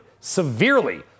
severely